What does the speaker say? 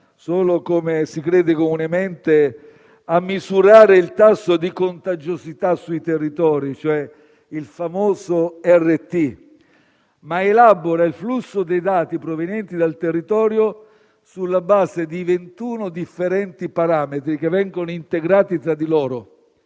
solo - come si crede comunemente - a misurare il tasso di contagiosità sui territori, cioè il famoso RT, ma elabora il flusso dei dati provenienti dal territorio sulla base di ventuno differenti parametri che vengono integrati tra di loro,